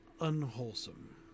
unwholesome